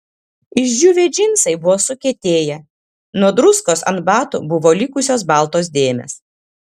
išdžiūvę džinsai buvo sukietėję nuo druskos ant batų buvo likusios baltos dėmės